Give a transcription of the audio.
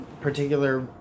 particular